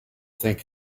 think